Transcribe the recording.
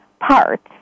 parts